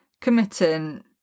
committing